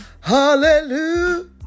Hallelujah